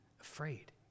afraid